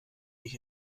ich